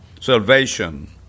salvation